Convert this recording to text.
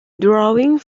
drawing